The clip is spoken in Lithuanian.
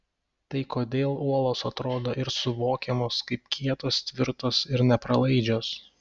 tai kodėl uolos atrodo ir suvokiamos kaip kietos tvirtos ir nepralaidžios